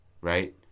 Right